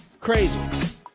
Crazy